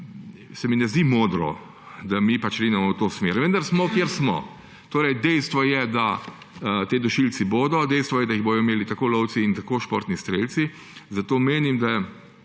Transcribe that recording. se mi ne zdi modro, da mi rinemo v to smer. Vendar smo, kjer smo. Dejstvo je, da ti dušilci bodo, dejstvo je, da jih bodo imeli tako lovci kot športni strelci, zato menim, da